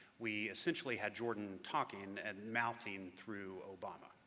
we essentially had jordan talking and mouthing through obama.